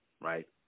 right